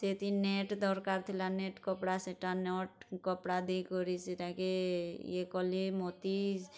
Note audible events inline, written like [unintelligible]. ସେଥିର୍ ନେଟ୍ ଦରକାର୍ ଥିଲା ନେଟ୍ କପଡ଼ା ସେଇଟା [unintelligible] କପଡ଼ା ଦେଇକରି ସେଟାକେ ଇଏ କଲି ମୋତି